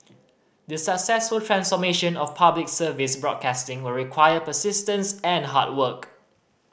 the successful transformation of Public Service broadcasting will require persistence and hard work